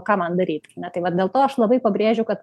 ką man daryt tai vat dėl to aš labai pabrėžiu kad